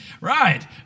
Right